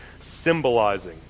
symbolizing